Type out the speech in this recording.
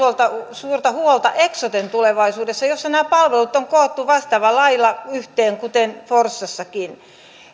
suurta huolta eksoten tulevaisuudesta jossa nämä palvelut on koottu vastaavalla lailla yhteen kuten forssassakin